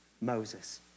Moses